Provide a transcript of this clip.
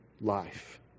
life